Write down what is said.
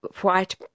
white